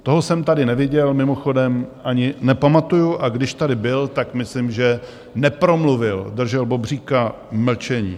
Toho jsem tady neviděl, mimochodem, ani nepamatuji, a když tady byl, tak myslím, že nepromluvil, držel bobříka mlčení.